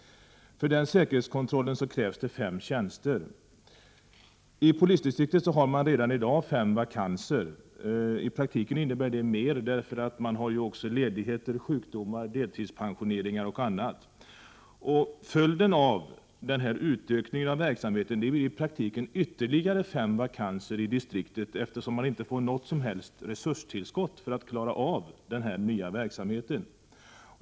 För den säkerhetskontrollen krävs det fem tjänster. I polisdistriktet har man redan i dag fem vakanser. I praktiken innebär det mer, eftersom det finns ledigheter, sjukdomar, deltidspensionering osv. Följden av denna utökning av verksamheten blir i praktiken ytterligare fem vakanser, eftersom man inte får något som helst resurstillskott för att klara den nya verksamheten.